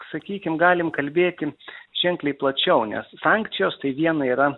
sakykim galim kalbėti ženkliai plačiau nes sankcijos tai viena yra